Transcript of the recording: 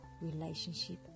relationship